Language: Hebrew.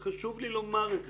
חשוב לי לומר את זה.